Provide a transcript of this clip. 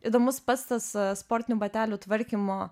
įdomus pats tas sportinių batelių tvarkymo